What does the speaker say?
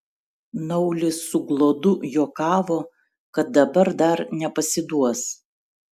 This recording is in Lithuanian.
naulis su gluodu juokavo kad dabar dar nepasiduos